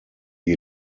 die